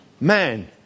man